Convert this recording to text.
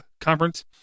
conference